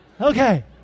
okay